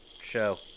show